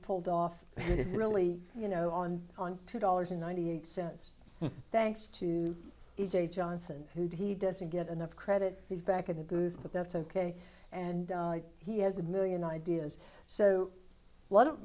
pulled off really you know on on two dollars and ninety eight cents thanks to you jay johnson who he doesn't get enough credit he's back in the booze but that's ok and he has a million ideas so a lot of